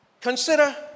Consider